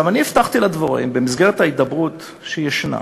אני הבטחתי לדבוראים, במסגרת ההידברות שישנה,